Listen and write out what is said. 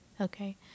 Okay